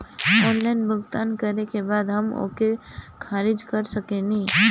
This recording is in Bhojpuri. ऑनलाइन भुगतान करे के बाद हम ओके खारिज कर सकेनि?